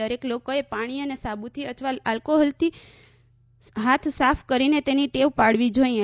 દરેક લોકોએ પાણી અને સાબુથી અથવા આલ્કોહોલથી હાથ સાફ કરીને તેની ટેવ પાડવી જોઈએ